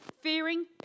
Fearing